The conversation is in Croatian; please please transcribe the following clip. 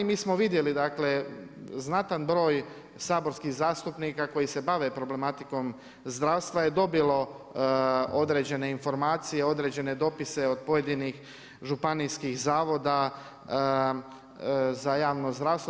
Mi smo vidjeli dakle znatan broj saborskih zastupnika koji se bave problematikom zdravstva je dobilo određene informacije, određene dopise od pojedinih županijskih zavoda za javno zdravstvo.